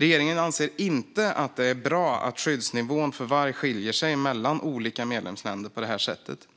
Regeringen anser inte att det är bra att skyddsnivån för varg skiljer sig mellan olika medlemsländer på det här sättet.